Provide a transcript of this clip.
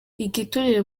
igiturire